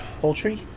Poultry